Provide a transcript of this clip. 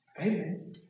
Amen